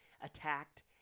attacked